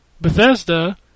Bethesda